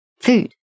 food